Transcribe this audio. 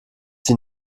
sie